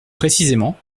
précisément